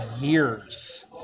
years